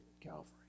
Calvary